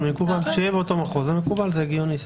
שיהיה באותו מחוז זה מקובל, זה הגיוני.